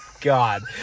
God